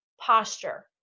posture